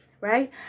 right